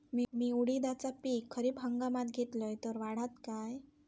मी उडीदाचा पीक खरीप हंगामात घेतलय तर वाढात काय?